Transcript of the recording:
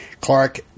Clark